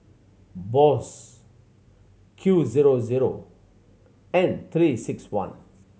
Bose Q zero zero and Three Six One